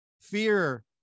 fear